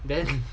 then